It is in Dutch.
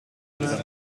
innemen